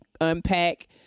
unpack